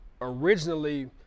originally